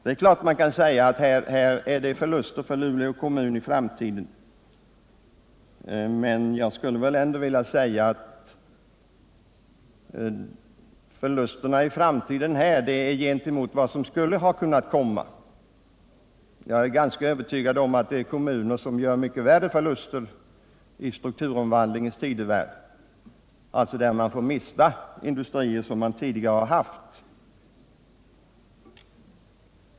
Det är klart att man kan räkna fram fortsatta förluster för Luleå kommun i framtiden, men detta är knappast reella förluster, utan förluster räknade mot förväntningar som man gått förlustig. Jag är ganska övertygad om att det finns kommuner som gör mycket värre förluster än Luleå i dessa strukturomvandlingens tidevarv, där kommunerna mister industrier som de tidigare haft.